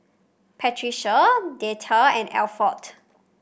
Patricia Deetta and Alford